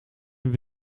een